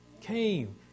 Came